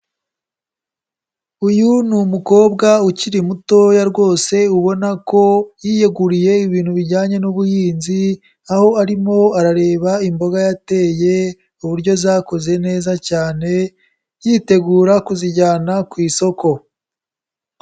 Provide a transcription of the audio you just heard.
Uyu ni umukobwa ukiri mutoya rwose ubona ko yiyeguriye ibintu bijyanye n'ubuhinzi, aho arimo arareba imboga yateye uburyo zakuze neza cyane, yitegura kuzijyana ku isoko.